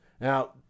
Now